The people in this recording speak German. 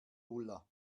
ulla